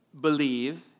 believe